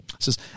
Says